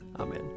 Amen